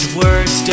words